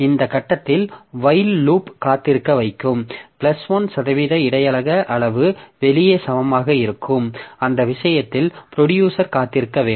இந்த கட்டத்தில் வயில் லூப் காத்திருக்க வைக்கும் பிளஸ் 1 சதவீத இடையக அளவு வெளியே சமமாக இருக்கும் அந்த விஷயத்தில் ப்ரொடியூசர் காத்திருக்க வேண்டும்